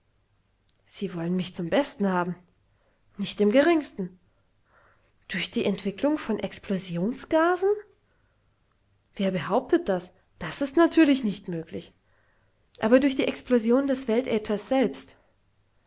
sie wollen mich zum besten haben nicht im geringsten durch die entwicklung von explosionsgasen wer behauptet das das ist natürlich nicht möglich aber durch die explosion des weltäthers selbst